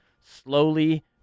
slowly